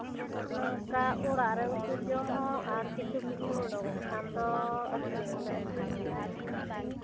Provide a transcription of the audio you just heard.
ᱱᱚᱝᱠᱟ ᱚᱲᱟᱜ ᱨᱮ ᱩᱛᱩ ᱡᱚ ᱦᱚᱸ ᱟᱨ ᱠᱤᱪᱷᱩ ᱠᱤᱪᱷᱩ ᱚᱰᱚᱠᱚᱜ ᱠᱷᱟᱱ ᱫᱚ ᱟᱹᱠᱷᱨᱤᱧ ᱦᱚᱸᱞᱮ ᱟᱹᱠᱷᱨᱤᱧ ᱜᱮᱭᱟ